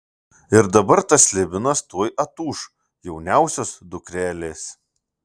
ir dabar tas slibinas tuoj atūš jauniausios dukrelės